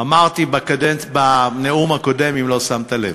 אמרתי בנאום הקודם, אם לא שמת לב.